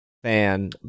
Fan